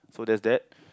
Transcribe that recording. so there's that